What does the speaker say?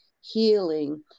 healing